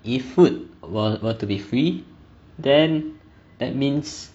if food were to be free then that means